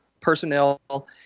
personnel